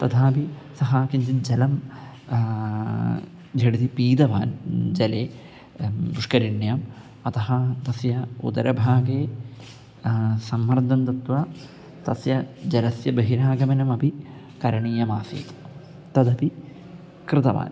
तथापि सः किञ्चित् जलं झटिति पीतवान् जले पुष्करिण्याम् अतः तस्य उदरभागे सम्मर्दं दत्वा तस्य जलस्य बहिरागमनमपि करणीयमासीत् तदपि कृतवान्